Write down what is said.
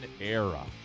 era